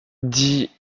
dis